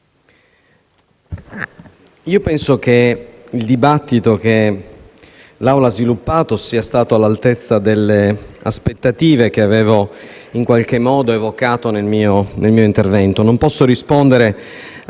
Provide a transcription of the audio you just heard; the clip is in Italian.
penso che il dibattito che l'Assemblea ha sviluppato sia stato all'altezza delle aspettative che avevo in qualche modo evocato nel mio intervento.